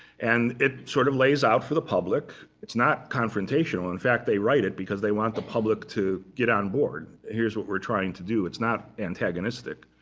and it sort of lays out for the public. it's not confrontational. in fact, they write it because they want the public to get on board here's what we're trying to do. it's not antagonistic.